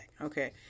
Okay